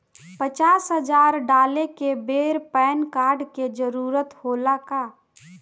पचास हजार डाले के बेर पैन कार्ड के जरूरत होला का?